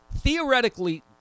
theoretically